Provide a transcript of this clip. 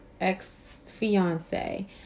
ex-fiance